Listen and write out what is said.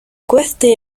queste